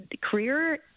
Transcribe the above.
Career